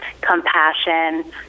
compassion